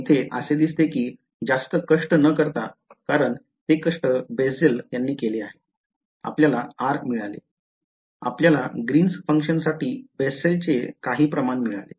तर इथे असे दिसते कि जास्त कष्ट न करता कारण ते कष्ट Bessel यांनी केले आहे आपल्याला r मिळाले आपल्याला ग्रीन्स function साठी Bessel चे काही प्रमाण मिळाले